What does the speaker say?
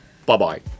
Bye-bye